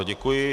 Děkuji.